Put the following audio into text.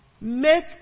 Make